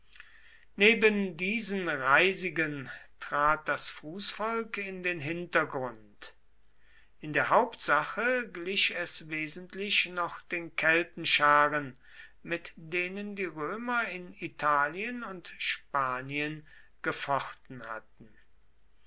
neben diesen reisigen trat das fußvolk in den hintergrund in der hauptsache glich es wesentlich noch den keltenscharen mit denen die römer in italien und spanien gefochten hatten